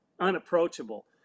unapproachable